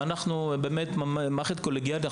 וזאת מערכת קולגיאלית,